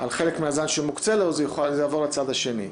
חלק מהזמן שמוקצה לו, אז הוא יוכל לעבור לצד השני.